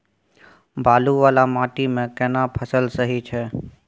बालू वाला माटी मे केना फसल सही छै?